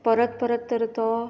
परत परत तर तो